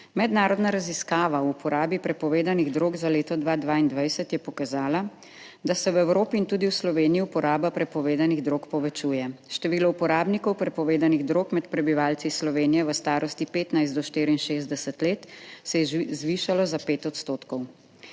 Mednarodna raziskava o uporabi prepovedanih drog za leto 2022 je pokazala, da se v Evropi in tudi v Sloveniji uporaba prepovedanih drog povečuje, število uporabnikov prepovedanih drog med prebivalci Slovenije v starosti 15 do 64 let se je zvišalo za 5 odstotkov.